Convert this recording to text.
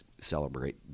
celebrate